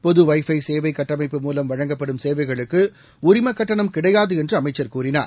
பொது wifi சேவை கட்டமைப்பு மூலம் வழங்கப்படும் சேவைகளுக்கு உரிமக் கட்டணம் கிடையாது என்று அமைச்சர் கூறினார்